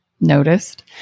noticed